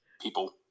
people